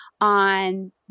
on